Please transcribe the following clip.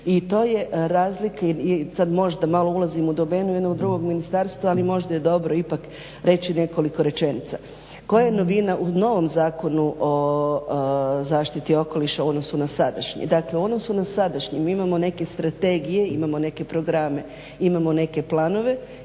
i to je razlika i sada možda malo ulazim u domenu jednog drugog ministarstva ali možda je dobro ipak reći nekoliko rečenica. Koja je novina u novim zakonu o zaštiti okoliša u odnosu na sadašnji? Dakle u odnosu na sadašnji mi imamo neke strategije imamo neke programe imamo neke planove